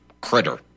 critter